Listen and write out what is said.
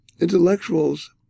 intellectuals